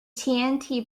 tnt